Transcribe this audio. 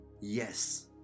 yes